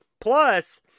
Plus